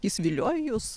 jis vilioja jus